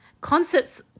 Concerts